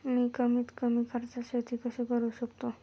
मी कमीत कमी खर्चात शेती कशी करू शकतो?